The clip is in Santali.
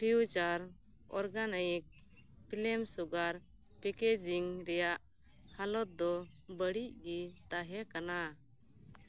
future organic palm sugar packaging ᱨᱮᱭᱟᱜ ᱦᱟᱞᱚᱛ ᱫᱚ ᱵᱟᱹᱲᱤᱡ ᱜᱮ ᱛᱟᱦᱮᱸ ᱠᱟᱱᱟ